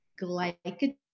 glycogen